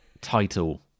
title